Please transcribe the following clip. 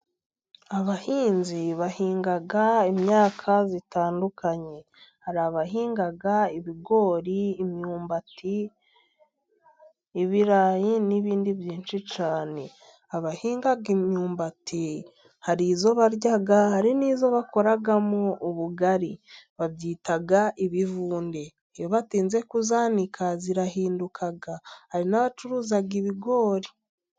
Abahinzi bahinga imyaka itandukanye. Hari abahinga ibigori, imyumbati, ibirayi n'ibindi byinshi cyane. Abahinga imyumbati, hari iyo barya, hari n'iyo bakoramo ubugari. Bayita ibivunde. Iyo batinze kuyanika irahinduka. Hari n'abacuruza ibigori.